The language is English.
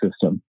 system